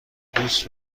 دوست